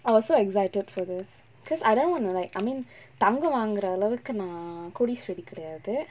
I was so excited for this because I didn't wanna like I mean தங்கோ வாங்குர அளவுக்கு நா கோடீஸ்வரி கெடயாது:thango vaangura alavukku naa kodeesvari kedayaathu